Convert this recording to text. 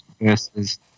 versus